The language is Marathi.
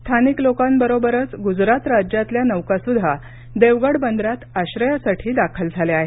स्थानिक लोकांबरोबरच गुजरात राज्यातल्या नौकासुद्धा देवगड बंदरात आश्रयासाठी दाखल झाल्या आहेत